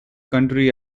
country